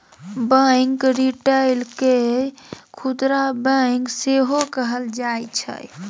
bank retail केँ खुदरा bank सेहो कहल जाइ छै